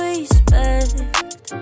respect